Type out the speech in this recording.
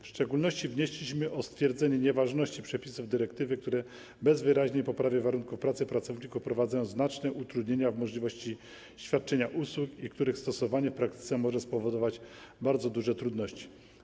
W szczególności wnieśliśmy o stwierdzenie nieważności przepisów dyrektywy, które bez wyraźnej poprawy warunków pracy pracowników wprowadzają znaczne utrudnienia w możliwości świadczenia usług i których stosowanie w praktyce może spowodować bardzo duże trudności.